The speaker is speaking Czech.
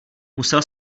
musel